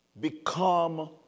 become